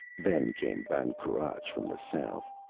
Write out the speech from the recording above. then came ban cruach, from the south.